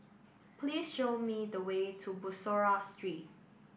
please show me the way to Bussorah Street